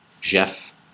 Jeff